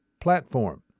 platform